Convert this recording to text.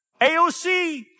AOC